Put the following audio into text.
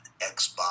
xbox